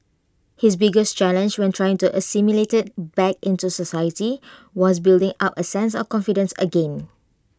his biggest challenge when trying to assimilate back into society was building up A sense of confidence again